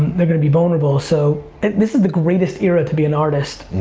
they're gonna be vulnerable, so and this is the greatest era to be an artist.